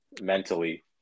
mentally